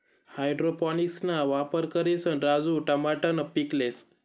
हाइड्रोपोनिक्सना वापर करिसन राजू टमाटरनं पीक लेस